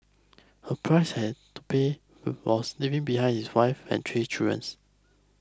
a price had to pay were was leaving behind his wife and three children